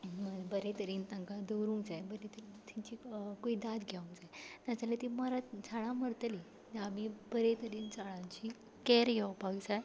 बरे तरेन तांकां दवरूंक जाय बरे तरेन तांची कुयदाद घेवंक जाय नाजाल्या तीं मरत झाडां मरतलीं आमी बरे तरेन झाडांची कॅर घेवपाक जाय